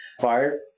fire